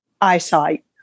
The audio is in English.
eyesight